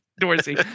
Dorsey